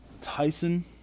Tyson